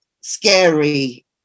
scary